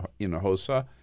Inahosa